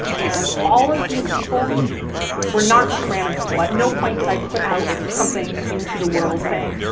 and all of these people were not just random people. at no point did i put out something into the world saying,